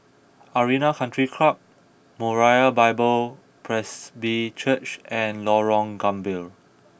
Arena Country Club Moriah Bible Presby Church and Lorong Gambir